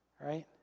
Right